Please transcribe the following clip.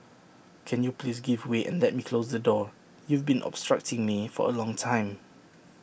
can you please give way and let me close the door you've been obstructing me for A long time